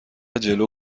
جلو